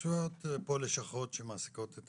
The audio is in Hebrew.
יושבות פה לשכות שמעסיקות את